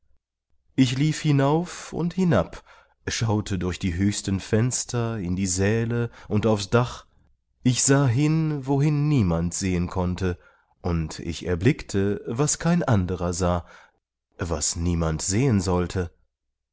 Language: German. ich lief hinauf und hinab schaute durch die höchsten fenster in die säle und aufs dach ich sah hin wohin niemand sehen konnte und ich erblickte was kein anderer sah was niemand sehen sollte